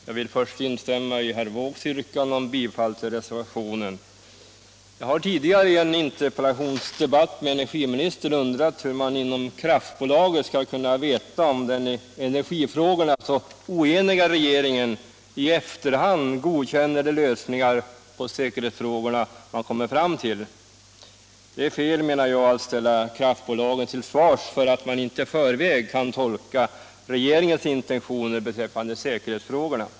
Jag har tidigare i en interpellationsdebatt med energiministern undrat hur man inom kraftbolagen skall kunna veta om den i energifrågorna så oeniga regeringen i efterhand godkänner de lösningar på säkerhetsfrågorna som man kommer fram till. Det är fel, menar jag, att ställa kraftbolagen till svars för att de inte i förväg kan tolka regeringens intentioner beträffande säkerhetsfrågorna.